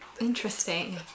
interesting